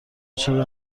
چرا